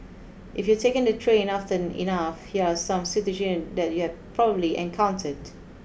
if you've taken the train often enough here are some situation that you have probably encountered